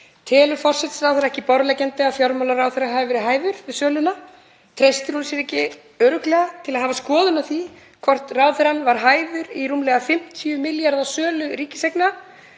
Telur forsætisráðherra ekki borðleggjandi að fjármálaráðherra hafi verið hæfur við söluna? Treystir hún sér ekki örugglega til að hafa skoðun á því hvort ráðherrann var hæfur í rúmlega 50 milljarða sölu ríkiseigna?